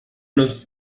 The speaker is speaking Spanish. los